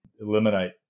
eliminate